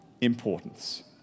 importance